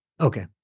Okay